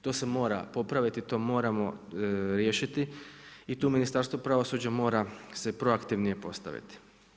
To se mora popraviti, to moramo riješiti i tu Ministarstvo pravosuđa mora se proaktivnije postaviti.